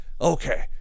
Okay